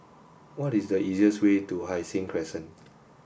what is the easiest way to Hai Sing Crescent